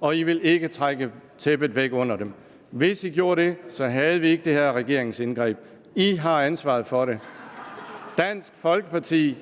og man vil ikke trække tæppet væk under den. Hvis Enhedslisten gjorde det, havde vi ikke fået det her regeringsindgreb. Enhedslisten har ansvaret for det. (Munterhed). Dansk Folkeparti